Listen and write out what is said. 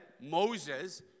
Moses